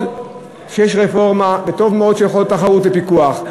טוב מאוד שיש רפורמה וטוב מאוד שיש תחרות ופיקוח,